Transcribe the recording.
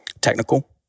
technical